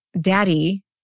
Daddy